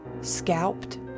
scalped